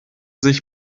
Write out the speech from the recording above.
sich